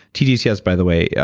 tdcs, by the way, yeah